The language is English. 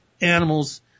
animals